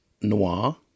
noir